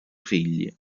figli